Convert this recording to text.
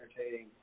entertaining